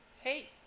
Hey